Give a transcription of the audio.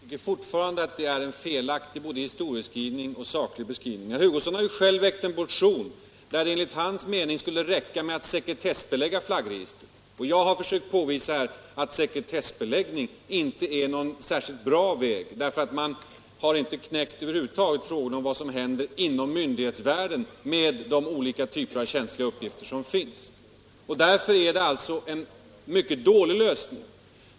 Herr talman! Jag tycker fortfarande att det är både en felaktig historieskrivning och en felaktig sakbeskrivning. Herr Hugosson har ju själv väckt en motion, där det framgår att det enligt hans mening skulle räcka med att sekretessbelägga flaggregistret. Jag har försök påvisa att sekretessbeläggning inte är någon särskilt bra utväg, därför att man över huvud taget inte har löst frågorna om vad som händer inom myndighetsvärlden med de olika typer av känsliga uppgifter som finns. Det är alltså en dålig lösning.